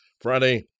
Friday